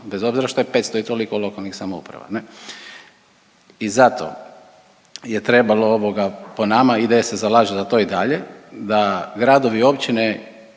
bez obzira što je 500 i toliko lokalnih samouprava. I zato je trebalo ovoga po nama IDS se zalaže za to i dalje da gradovi i općine